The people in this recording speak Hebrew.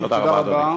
תודה רבה, אדוני.